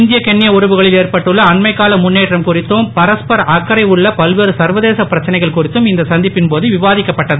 இந்திய கென்ய உறவுகளில் ஏற்பட்டுள்ள அண்மைக்கால முன்னேற்றம் குறித்தும் பரஸ்பர அக்கறை உள்ள பல்வேறு சர்வதேச பிரச்சனைகள் குறித்தும் இந்த சந்திப்பின் போது விவாதிக்கப்பட்டது